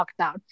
lockdown